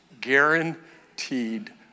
Guaranteed